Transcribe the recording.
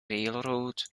railroad